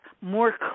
more